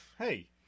Hey